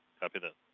copy that.